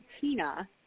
Tina